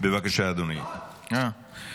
התשפ"ד 2024 בקריאה השנייה והשלישית.